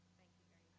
thank you very